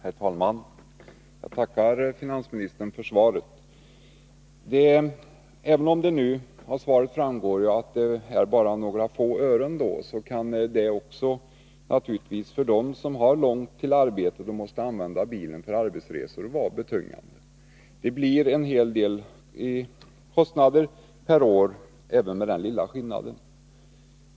Herr talman! Jag tackar finansministern för svaret. Även om det, som framgår av svaret, rör sig om en skillnad på bara några få ören, kan detta vara betungande för dem som har långt till arbetet och måste använda bilen för arbetsresor. Det blir en hel del kostnader per år även med den lilla skillnaden.